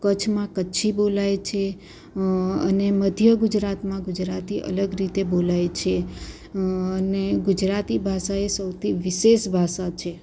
કચ્છમાં કચ્છી બોલાય છે અને મધ્ય ગુજરાતમાં ગુજરાતી અલગ રીતે બોલાય છે અને ગુજરાતી ભાષા એ સૌથી વિશેષ ભાષા છે